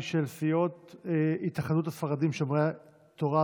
של סיעות התאחדות הספרדים שומרי תורה,